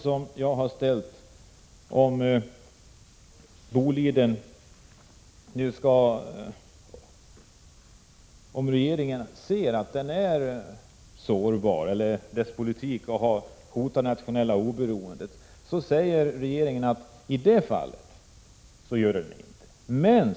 Så till den andra frågan, nämligen om regeringen anser att Bolidens politik har hotat det nationella oberoendet. Regeringen säger att så inte har skett.